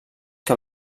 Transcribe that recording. que